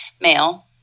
male